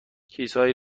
چیزهایی